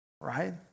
right